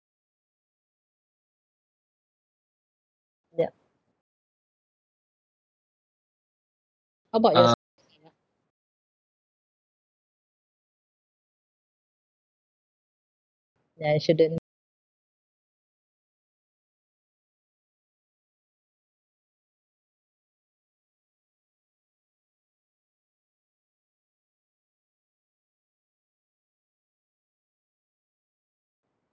yup how about yours~ ya shouldn't